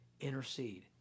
intercede